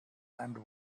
and